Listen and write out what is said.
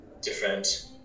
different